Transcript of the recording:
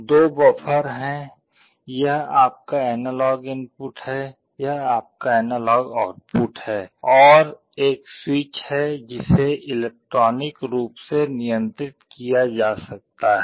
दो बफ़र हैं यह आपका एनालॉग इनपुट है यह आपका एनालॉग आउटपुट है और एक स्विच है जिसे इलेक्ट्रॉनिक रूप से नियंत्रित किया जा सकता है